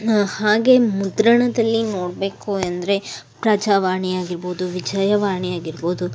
ಹಾಗೇ ಮುದ್ರಣದಲ್ಲಿ ನೋಡಬೇಕು ಎಂದರೆ ಪ್ರಜಾವಾಣಿ ಆಗಿರ್ಬೋದು ವಿಜಯವಾಣಿ ಆಗಿರ್ಬೋದು